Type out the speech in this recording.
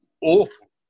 awful